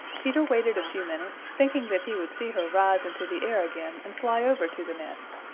peter waited a few minutes, thinking that he would see her rise into the air again and fly over to the nest.